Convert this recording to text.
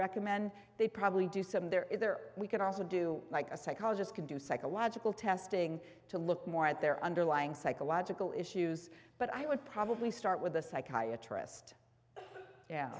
recommend they probably do some there is there we can also do like a psychologist can do psychological testing to look more at their underlying psychological issues but i would probably start with the psychiatrist